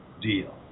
deal